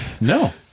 No